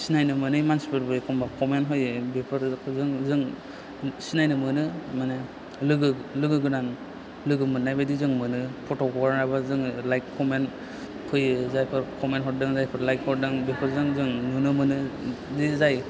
सिनायनो मोनै मानसिफोरबो एखमबा खमेन होयो बेफोरखौ जों सिनायनो मोनो माने लोगो लोगो गोदान लोगो मोननाय बायदि जों मोनो फट' हगारनाबो जों लाइक खमेन्ट फैयो जायफोर खमेन्ट हरदों जायफोर लाइक हरदों बेफोरजों जों नुनो मोनो बिदि जाय